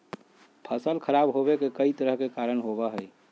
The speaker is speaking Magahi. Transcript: फसल खराब होवे के कई तरह के कारण होबा हई